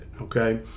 Okay